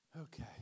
Okay